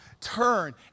turn